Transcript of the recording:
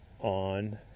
on